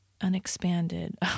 unexpanded